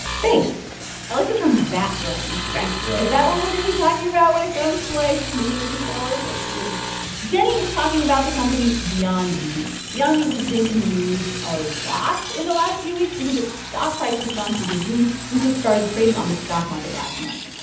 thanks i like the term vat-grown vat-grown is that what we're going to be talking about when it comes to, like, meat moving forward? works for me jenny is talking about the company beyond meat. beyond meat has been in the news a lot in the last few weeks because its stock price has gone through the roof since it started trading on the stock market last month.